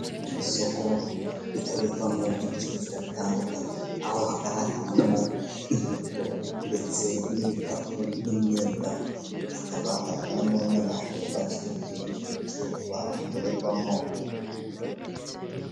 Isoko rikorerwamo ibicuruzwa bitandukanye. Aho hagaragaramo inkweto, ndetse n'ibikapu, n'imyenda. Hakaba hagaragaramo n'abantu bacuruje ibyo bicuruzwa bikorerwamo.